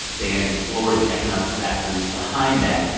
dan explores the economic factors behind that.